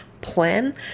plan